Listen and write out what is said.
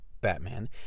Batman